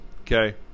Okay